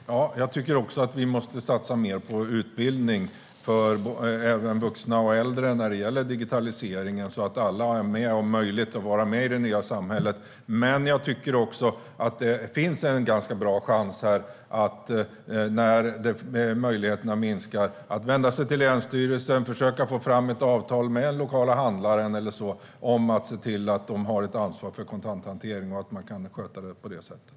Fru talman! Jag tycker att vi måste satsa mer på utbildning även för vuxna och äldre när det gäller digitalisering, så att alla har möjlighet att vara med i det nya samhället. Men det finns en ganska bra chans här. När möjligheterna minskar kan man vända sig till länsstyrelsen och försöka få fram ett avtal med till exempel den lokala handlaren om ansvar för kontanthanteringen så att den kan skötas på det sättet.